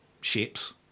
shapes